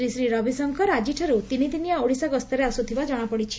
ଶ୍ରୀଶ୍ରୀ ରବିଶଙ୍କର ଆକିଠାରୁ ତିନିଦିନିଆ ଓଡ଼ିଶା ଗସ୍ତରେ ଆସ୍ପଥିବା ଜଶାପଡ଼ିଛି